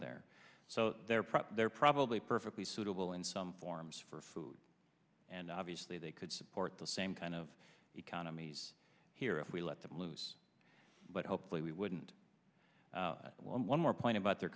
there so they're probably they're probably perfectly suitable in some forms for food and obviously they could support the same kind of economies here if we let them loose but hopefully we wouldn't one more point about their